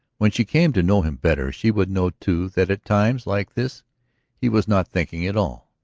when she came to know him better she would know too that at times like this he was not thinking at all.